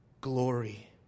glory